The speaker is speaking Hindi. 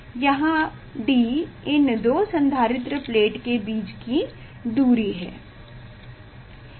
यहाँ D इन दो संधारित्र प्लेट के बीच की दूरी है